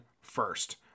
first